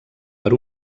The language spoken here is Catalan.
per